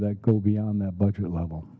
that go beyond that budget level